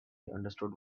understood